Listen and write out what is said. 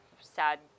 sad